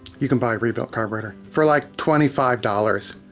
you can buy a re-built carburetor, for like, twenty five dollars,